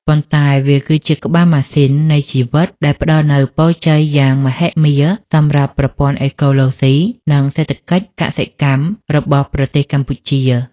ប៉ុន្តែវាគឺជា ក្បាលម៉ាស៊ីននៃជីវិត ដែលផ្តល់នូវពរជ័យយ៉ាងមហិមាសម្រាប់ប្រព័ន្ធអេកូឡូស៊ី និងសេដ្ឋកិច្ចកសិកម្មរបស់ប្រទេសកម្ពុជា។